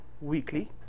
weekly